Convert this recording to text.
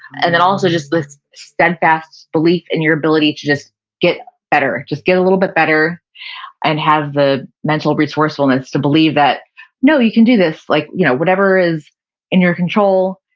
and then also just this steadfast belief in your ability to just get better. just get a little bit better and have the mental resourcefulness to believe that no, you can do this. like you know whatever is in your control,